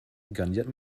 garniert